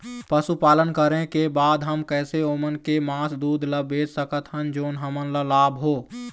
पशुपालन करें के बाद हम कैसे ओमन के मास, दूध ला बेच सकत हन जोन हमन ला लाभ हो?